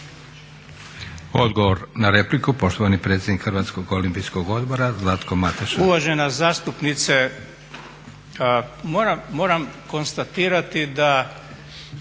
Odgovor na repliku, poštovani predsjednik Hrvatskog olimpijskog odbora Zlatko Mateša. **Mateša, Zlatko** Uvažena zastupnice, moram konstatirati da